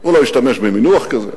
הוא לא השתמש במינוח כזה,